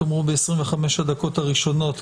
תאמרו בדקות הראשונות,